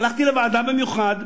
הלכתי לוועדה במיוחד,